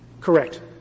Correct